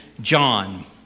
John